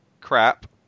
crap